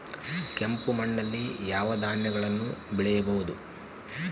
ಕೆಂಪು ಮಣ್ಣಲ್ಲಿ ಯಾವ ಧಾನ್ಯಗಳನ್ನು ಬೆಳೆಯಬಹುದು?